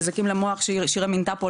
נזקים למוח ששירה מנתה פה,